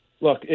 look